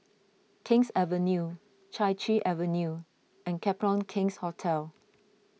King's Avenue Chai Chee Avenue and Copthorne King's Hotel